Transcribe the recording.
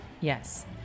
Yes